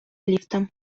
ліфта